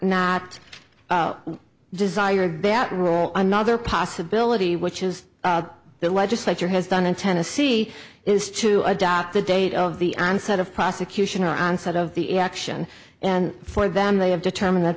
not desired bat rule another possibility which is that legislature has done in tennessee is to adopt the date of the onset of prosecution or onset of the action and for them they have determined that